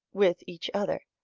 with each other.